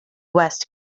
west